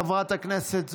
חברת הכנסת זועבי,